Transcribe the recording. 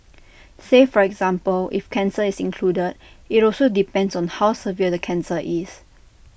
say for example if cancer is included IT also depends on how severe the cancer is